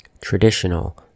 traditional